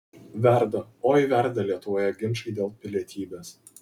verda oi verda lietuvoje ginčai dėl pilietybės